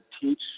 teach